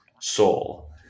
soul